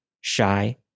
shy